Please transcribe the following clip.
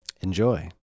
Enjoy